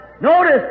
Notice